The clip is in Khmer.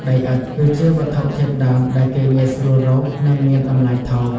ដីឥដ្ឋ គឺជាវត្ថុធាតុដើមដែលគេងាយស្រួលរក និងមានតម្លៃថោក។